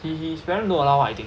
he his parents don't allow I think